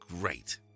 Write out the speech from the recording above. great